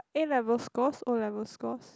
A-level scores O-level scores